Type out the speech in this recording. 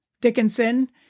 Dickinson